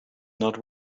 not